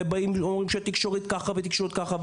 ואומרים שהתקשורת ככה והתקשורת ככה.